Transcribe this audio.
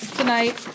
tonight